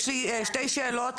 ראשית,